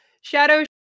Shadow